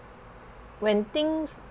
when things